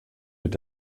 mit